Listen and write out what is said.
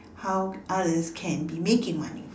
how others can be making money